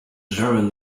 determine